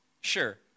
Sure